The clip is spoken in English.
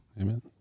amen